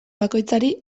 bakoitzari